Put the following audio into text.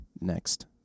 next